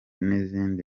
n’izindi